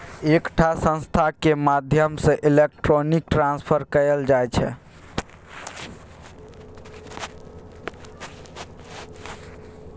एकटा संस्थाक माध्यमसँ इलेक्ट्रॉनिक ट्रांसफर कएल जाइ छै